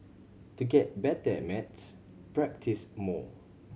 to get better at maths practise more